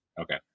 okay